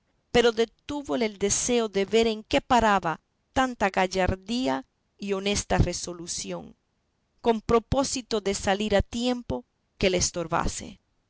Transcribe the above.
pero detúvole el deseo de ver en qué paraba tanta gallardía y honesta resolución con propósito de salir a tiempo que la estorbase